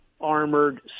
armored